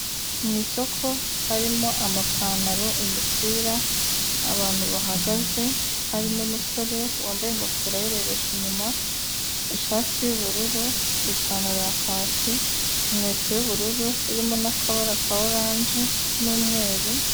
Mu isoko harimo amapantaro, imipira, abantu bahagaze, harimo umusore wambaye ingofero ayirebesha inyuma, ishati y'ubururu, ipantaro ya kacyi, inkweto y'ubururu irimo n'akabara ka oranje n'umweru...